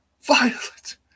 Violet